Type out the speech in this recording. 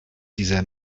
dieser